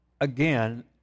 again